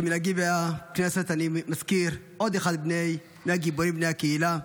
כמנהגי בכנסת אני מזכיר עוד אחד מהגיבורים בני הקהילה.